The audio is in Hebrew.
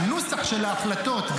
הנוסח של ההחלטות,